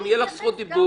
גם תהיה לך זכות דיבור.